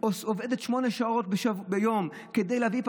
עובדת שמונה שעות ביום כדי להביא פרנסה,